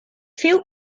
veel